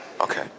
Okay